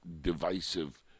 divisive